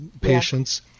patients